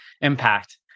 impact